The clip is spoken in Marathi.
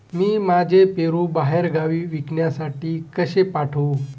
मी माझे पेरू बाहेरगावी विकण्यासाठी कसे पाठवू?